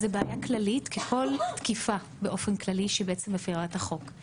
זאת בעיה כללית כמו כל תקיפה שמפרה חוק.